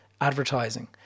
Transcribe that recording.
advertising